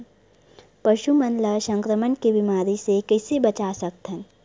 पशु मन ला संक्रमण के बीमारी से कइसे बचा सकथन?